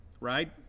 Right